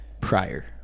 prior